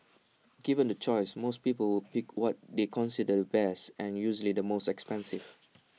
given the choice most people would pick what they consider the best and usually the most expensive